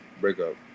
breakup